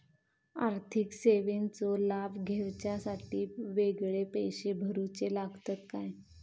आर्थिक सेवेंचो लाभ घेवच्यासाठी वेगळे पैसे भरुचे लागतत काय?